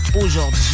aujourd'hui